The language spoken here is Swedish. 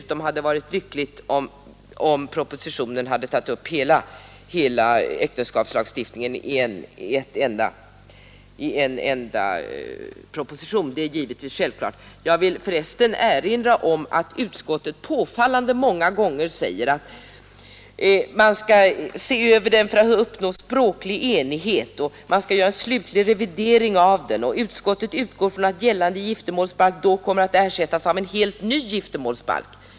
Det hade dessutom varit lyckligt om statsrådet hade tagit upp hela äktenskapslagstiftningen i en enda proposition — det är självklart. Jag vill erinra om att utskottet påfallande många gånger säger att man skall se över äktenskapslagstiftningen för att uppnå språklig enhetlighet, man skall göra slutlig revidering, och utskottet utgår ifrån att gällande giftermålsbalk då kommer att ersättas av en helt ny giftermålsbalk.